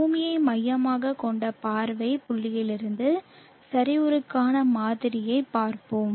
பூமியை மையமாகக் கொண்ட பார்வை புள்ளியிலிருந்து சரிவுக்கான மாதிரியைப் பார்ப்போம்